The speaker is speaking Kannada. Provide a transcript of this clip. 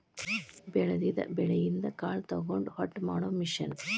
ಬೆಳದಿದ ಬೆಳಿಯಿಂದ ಕಾಳ ತಕ್ಕೊಂಡ ಹೊಟ್ಟ ಮಾಡು ಮಿಷನ್